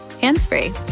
hands-free